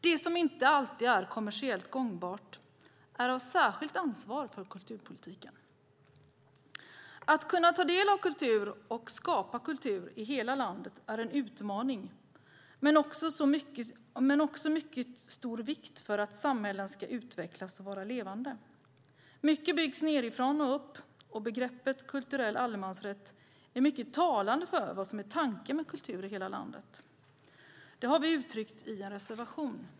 Det som inte alltid är kommersiellt gångbart är ett särskilt ansvar för kulturpolitiken. Att kunna ta del av kultur och skapa kultur i hela landet är en utmaning men också av mycket stor vikt för att samhällen ska utvecklas och vara levande. Mycket byggs nedifrån och upp, och begreppet "kulturell allemansrätt" är mycket talande för vad som är tanken med kultur i hela landet. Detta har vi uttryckt i en reservation.